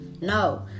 no